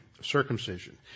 circumcision